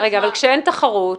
כשאין תחרות,